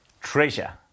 Treasure